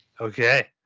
Okay